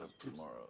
tomorrow